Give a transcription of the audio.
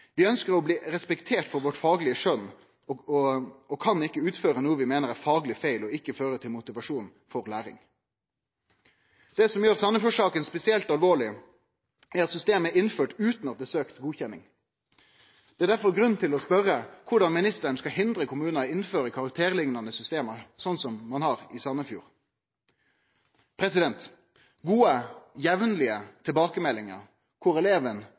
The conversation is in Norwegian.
ønsker å bli respektert for vårt faglige skjønn og kan ikke utføre noe vi mener er faglig feil og ikke fører til motivasjon for læring.» Det som gjer Sandefjord-saka spesielt alvorleg, er at systemet er innført utan at det er søkt om godkjenning. Det er derfor grunn til å spørje korleis ministeren skal hindre kommunar i å innføre karakterliknande system, sånn som ein har i Sandefjord. Gode, jamlege tilbakemeldingar kor eleven